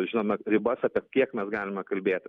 žinome ribas apie kiek mes galime kalbėti